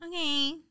Okay